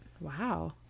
Wow